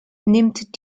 nimmt